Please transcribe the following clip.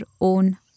own